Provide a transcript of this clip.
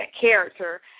character